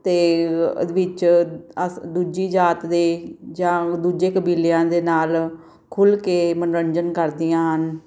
ਅਤੇ ਵਿੱਚ ਅਸ ਦੂਜੀ ਜਾਤ ਦੇ ਜਾਂ ਦੂਜੇ ਕਬੀਲਿਆਂ ਦੇ ਨਾਲ ਖੁੱਲ੍ਹ ਕੇ ਮਨੋਰੰਜਨ ਕਰਦੀਆਂ ਹਨ